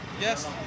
Yes